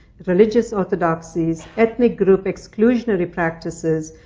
religious orthodoxies, ethnic group exclusionary practices,